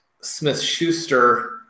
Smith-Schuster